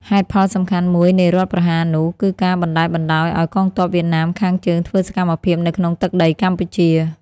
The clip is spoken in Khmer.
ហេតុផលសំខាន់មួយនៃរដ្ឋប្រហារនោះ គឺការបណ្តែតបណ្តោយឱ្យកងទ័ពវៀតណាមខាងជើងធ្វើសកម្មភាពនៅក្នុងទឹកដីកម្ពុជា។